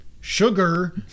Sugar